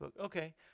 Okay